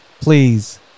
please